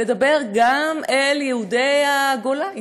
ולדבר גם אל יהודי הגולה,